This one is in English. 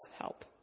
help